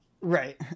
Right